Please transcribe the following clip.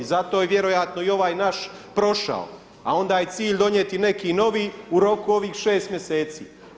Zato je vjerojatno i ovaj naš prošao a onda je cilj donijeti neki novi u roku ovih 6 mjeseci.